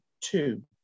two